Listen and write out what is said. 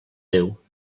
déu